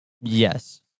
Yes